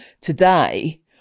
today